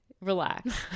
relax